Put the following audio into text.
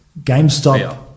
GameStop